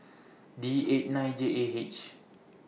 D eight nine J A H